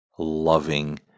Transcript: Loving